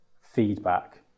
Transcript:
feedback